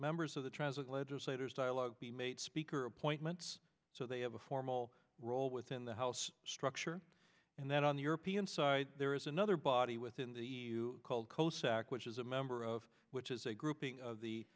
members of the transit legislators dialogue be made speaker appointments so they have a formal role within the house structure and then on the european side there is another body within the called coast act which is a member of which is a grouping of the